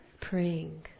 praying